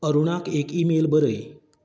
अरुणाक एक ईमेल बरय